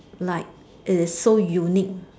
like is so unique